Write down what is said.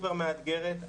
סופר מאתגרת.